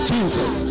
Jesus